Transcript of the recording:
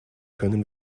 können